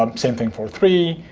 um same thing for three,